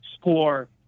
score –